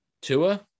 Tua